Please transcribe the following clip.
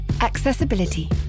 Accessibility